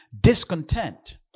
discontent